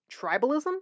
Tribalism